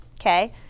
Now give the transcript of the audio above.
Okay